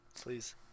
Please